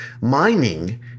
Mining